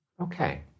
Okay